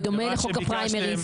לפני קריאה שנייה ושלישית.